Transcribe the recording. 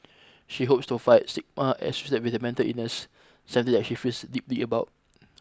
she hopes to fight stigma associated with mental illness something that she feels deeply about